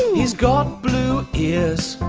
he's got blue ears.